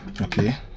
okay